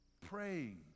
praying